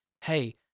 hey